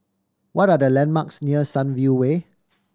what are the landmarks near Sunview Way